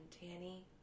Danny